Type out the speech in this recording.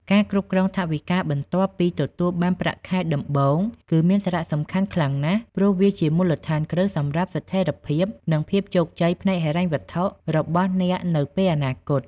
ការគ្រប់គ្រងថវិកាបន្ទាប់ពីទទួលបានប្រាក់ខែដំបូងគឺមានសារៈសំខាន់ខ្លាំងណាស់ ព្រោះវាជាមូលដ្ឋានគ្រឹះសម្រាប់ស្ថិរភាព និងភាពជោគជ័យផ្នែកហិរញ្ញវត្ថុរបស់អ្នកនៅពេលអនាគត។